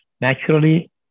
naturally